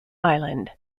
island